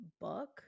book